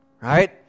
right